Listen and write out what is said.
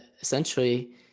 essentially –